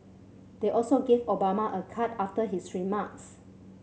they also gave Obama a card after his remarks